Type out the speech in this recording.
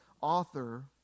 author